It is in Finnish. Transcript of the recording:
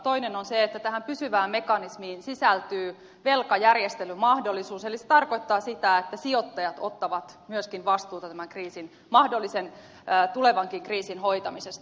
toinen on se että tähän pysyvään mekanismiin sisältyy velkajärjestelymahdollisuus eli se tarkoittaa sitä että myöskin sijoittajat ottavat vastuuta mahdollisen tulevankin kriisin hoitamisesta